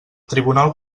tribunal